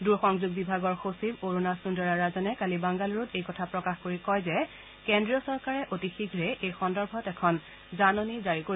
দূৰ সংযোগ বিভাগৰ সচিব অৰুণা সুন্দৰাৰাজনে কালি বাংগালুৰুত এই কথা প্ৰকাশ কৰি কয় যে কেন্দ্ৰীয় চৰকাৰে অতি শীঘ্ৰেই এই সন্দৰ্ভত এখন জাননী জাৰি কৰিব